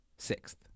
Sixth